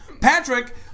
Patrick